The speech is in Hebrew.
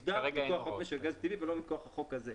זה יוסדר בחוק חופש הגז הטבעי ולא מכוח החוק הזה.